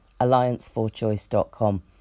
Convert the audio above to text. allianceforchoice.com